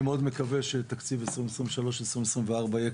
אני מקווה מאוד שתקציב 2023- 2024 יהיה